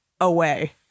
away